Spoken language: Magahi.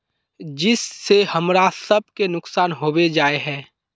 जिस से हमरा सब के नुकसान होबे जाय है?